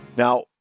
Now